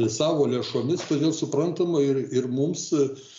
savo lėšomis todėl suprantama ir ir mums